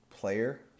player